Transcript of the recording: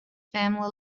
family